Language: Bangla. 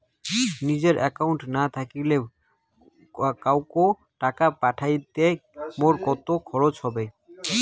নিজের একাউন্ট না থাকিলে কাহকো টাকা পাঠাইতে মোর কতো খরচা হবে?